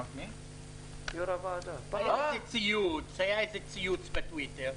היה ציוץ בטוויטר.